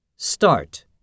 Start